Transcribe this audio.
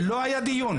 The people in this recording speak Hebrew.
לא היה דיון.